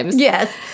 Yes